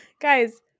Guys